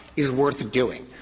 is worth doing.